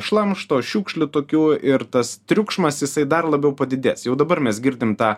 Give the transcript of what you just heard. šlamšto šiukšlių tokių ir tas triukšmas jisai dar labiau padidės jau dabar mes girdim tą